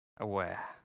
aware